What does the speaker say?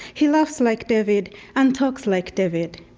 he laughs like david and talks like david.